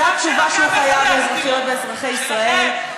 זו התשובה שהוא חייב לאזרחיות ולאזרחי ישראל,